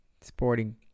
sporting